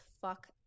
fuck